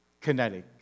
kinetic